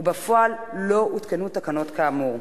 ובפועל לא הותקנו תקנות כאמור.